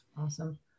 Awesome